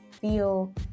feel